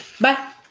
Bye